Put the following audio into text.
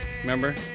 Remember